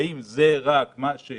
האם זה לבדו מה שירתיע?